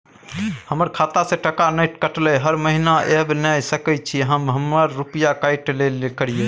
हमर खाता से टका नय कटलै हर महीना ऐब नय सकै छी हम हमर रुपिया काइट लेल करियौ?